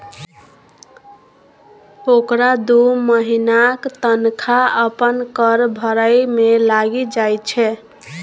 ओकरा दू महिनाक तनखा अपन कर भरय मे लागि जाइत छै